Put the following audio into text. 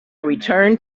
returned